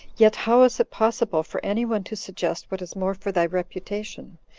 yet how is it possible for any one to suggest what is more for thy reputation?